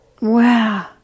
wow